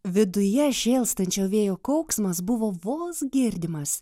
viduje šėlstančio vėjo kauksmas buvo vos girdimas